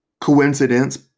coincidence